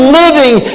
living